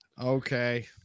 Okay